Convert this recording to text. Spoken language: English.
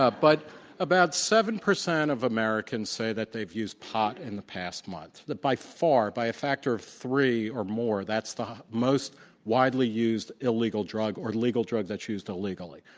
ah but about seven percent of americans say that they've used pot in the past month. that by far by a factor of three or more, that's the most widely used illegal drug, or legal drug that's used illegally.